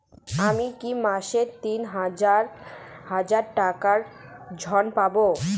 আমি কি মাসে তিন হাজার টাকার ঋণ পাবো?